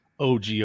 OG